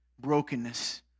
brokenness